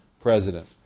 president